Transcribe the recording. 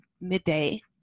midday